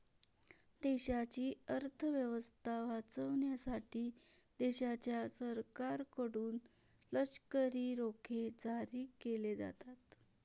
देशाची अर्थ व्यवस्था वाचवण्यासाठी देशाच्या सरकारकडून लष्करी रोखे जारी केले जातात